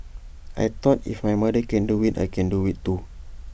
I thought if my mother can do IT I can do IT too